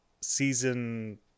season